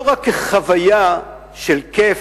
לא רק כחוויה של כיף,